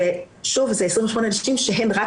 ושוב, זה 28 נשים שהן רק